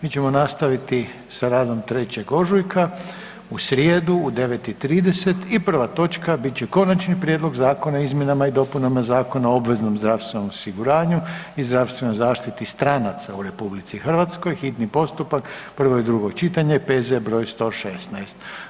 Mi ćemo nastaviti sa radom 3. ožujka, u srijedu u 9 i 30 i prva točka bit će Konačni prijedlog zakona o izmjenama i dopuni Zakona o obveznom zdravstvenom osiguranju i zdravstvenoj zaštiti stranaca u Republici Hrvatskoj, hitni postupak, prvo i drugo čitanje, P.Z. br. 116.